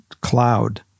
cloud